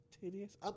tedious